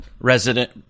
resident